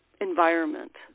environment